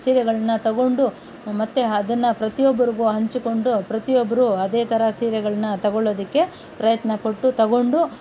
ಸೀರೆಗಳನ್ನು ತಗೊಂಡು ಮತ್ತೆ ಅದನ್ನು ಪ್ರತಿಯೊಬ್ಬರಿಗೂ ಹಂಚಿಕೊಂಡು ಪ್ರತಿಯೊಬ್ಬರೂ ಅದೇ ತರಹ ಸೀರೆಗಳನ್ನು ತಗೊಳ್ಳೋದಕ್ಕೆ ಪ್ರಯತ್ನಪಟ್ಟು ತಗೊಂಡು